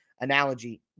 analogy